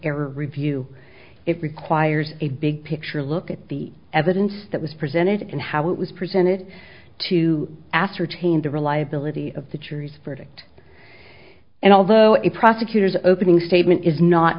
error review it requires a big picture look at the evidence that was presented and how it was presented to ascertain the reliability of the church verdict and although it prosecutors opening statement is not